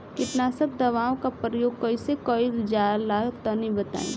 कीटनाशक दवाओं का प्रयोग कईसे कइल जा ला तनि बताई?